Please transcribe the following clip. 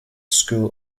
school